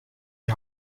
die